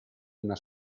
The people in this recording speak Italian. una